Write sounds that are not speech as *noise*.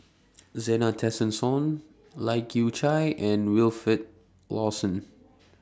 *noise* Zena Tessensohn Lai Kew Chai and Wilfed Lawson